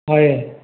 ହଏ